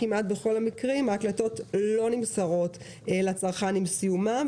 כמעט בכל המקרים ההקלטות לא נמסרות לצרכן עם סיומן.